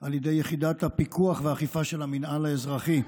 על ידי יחידת הפיקוח והאכיפה של המינהל האזרחי,